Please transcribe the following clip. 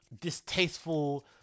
distasteful